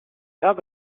habe